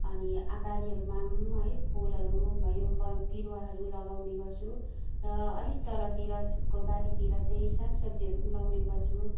अनि बारीहरूमा पनि है फुलहरू भयो ब बिरुवाहरू लगाउने गर्छु र अलिक तलतिरको बारीतिर चाहिँ साग सब्जीहरू पनि लगाउने गर्छु